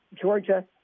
Georgia